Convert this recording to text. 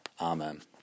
Amen